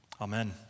Amen